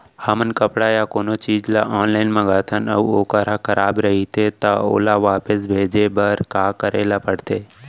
हमन कपड़ा या कोनो चीज ल ऑनलाइन मँगाथन अऊ वोकर ह खराब रहिये ता ओला वापस भेजे बर का करे ल पढ़थे?